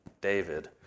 David